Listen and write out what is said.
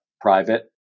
private